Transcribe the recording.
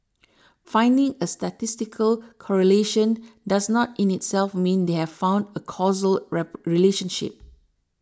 finding a statistical correlation does not in itself mean they have found a causal rap relationship